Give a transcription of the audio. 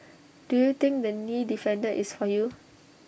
do you think the knee defender is for you